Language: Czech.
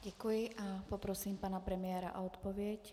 Děkuji a poprosím pana premiéra o odpověď.